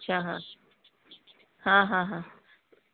अच्छा हाँ हाँ हाँ हाँ